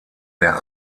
der